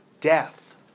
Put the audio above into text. Death